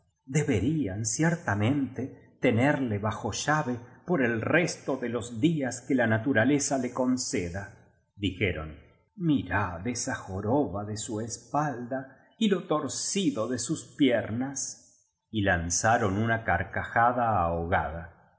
deberían ciertamente tenerle bajo llave por el resto de los días que la naturaleza le concedadijeron mirad esa joroba de su espalda y lo tor cido de sus piernasy lanzaron una carcajada ahogada